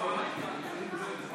בוודאי לעלות,